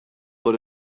but